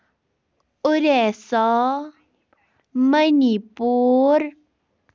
اُریسا مٔنی پوٗر